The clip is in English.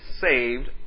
saved